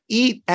eat